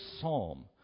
psalm